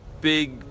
big